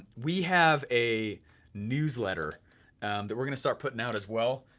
we have a newsletter that we're gonna start putting out as well,